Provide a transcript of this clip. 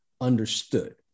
understood